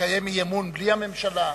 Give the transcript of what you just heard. לקיים אי-אמון בלי הממשלה?